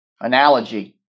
analogy